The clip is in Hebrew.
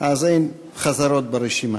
אז אין חזרות ברשימה.